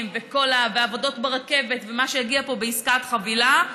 והעבודות ברכבת ומה שיגיע פה בעסקת חבילה,